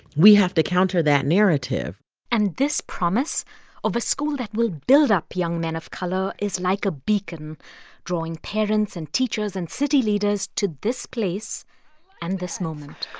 we have to counter that narrative and this promise of a school that will build up young men of color is like a beacon drawing parents and teachers and city leaders to this place and this moment